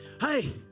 hey